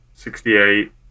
Sixty-eight